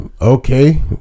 okay